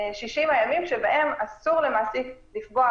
אלה 60 הימים שבהם אסור למעסיק לפגוע